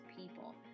people